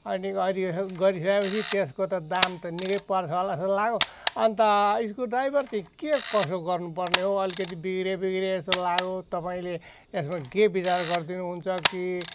अनि अहिले यसो गरिसकेपछि त्यसको त दाम त निकै पर्छ होला जस्तो लाग्यो अन्त स्क्रुड्राइभर त के कसो गर्नु पर्ने हो अलिकति बिग्रे बिग्रे जस्तो लाग्यो तपाईँले यसको के विचार गरिदिनुहुन्छ कि